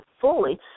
fully